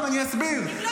שמים את הילדים במעון.